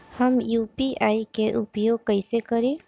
हम यू.पी.आई के उपयोग कइसे करी?